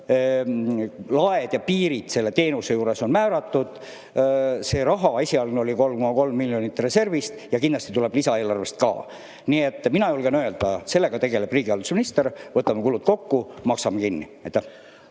laed ja piirid selle teenuse jaoks on määratud. Seda raha oli esialgu 3,3 miljonit reservist ja kindlasti tuleb seda lisaeelarvest ka. Nii et mina julgen öelda, et sellega tegeleb riigihalduse minister, võtame kulud kokku, maksame kinni.